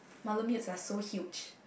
malamutes are so huge